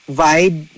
vibe